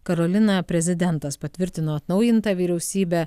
karolina prezidentas patvirtino atnaujintą vyriausybę